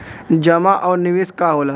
जमा और निवेश का होला?